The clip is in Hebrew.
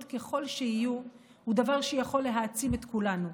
ככל שיהיו הוא דבר שיכול להעצים את כולנו.